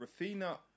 Rafina